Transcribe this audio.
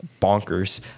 bonkers